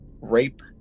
rape